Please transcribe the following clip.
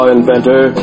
Inventor